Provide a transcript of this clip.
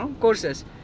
courses